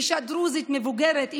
אישה דרוזית מבוגרת,